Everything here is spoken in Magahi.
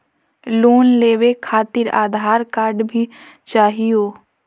लोन लेवे खातिरआधार कार्ड भी चाहियो?